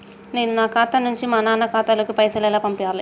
నేను నా ఖాతా నుంచి మా నాన్న ఖాతా లోకి పైసలు ఎలా పంపాలి?